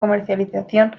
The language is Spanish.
comercialización